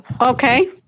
Okay